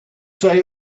say